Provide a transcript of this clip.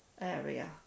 area